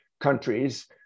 countries